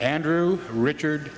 andrew richard